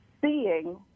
seeing